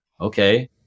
Okay